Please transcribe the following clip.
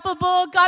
God